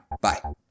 Bye